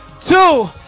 two